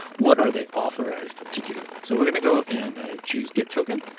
what are they authorized to do? so we're going to go, and choose get token,